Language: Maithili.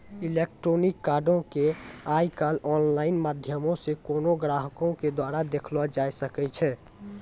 इलेक्ट्रॉनिक कार्डो के आइ काल्हि आनलाइन माध्यमो से कोनो ग्राहको के द्वारा देखलो जाय सकै छै